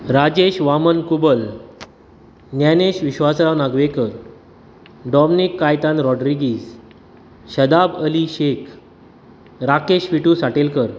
Rajesh Waman Kubal Dnyanesh Vishwasrao Nagvekar Dominic Caitan Rodrigues Shadab Ali Shaikh Rakesh Vitu Satelkar